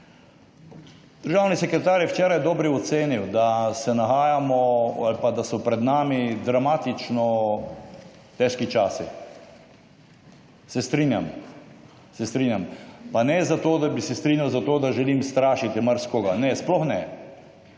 Državni sekretar je včeraj dobro ocenil, da se nahajamo ali pa, da so pred nami dramatično težki časi. Se strinjam. Pa ne, zato da bi se strinjal, zato da želim strašiti marsikoga ne, sploh ne.